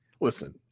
listen